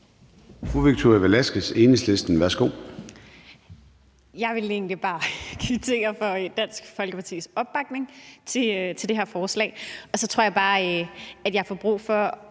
Jeg ville egentlig bare kvittere for Dansk Folkepartis opbakning til det her forslag. Og så tror jeg bare, at jeg lige får brug for